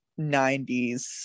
90s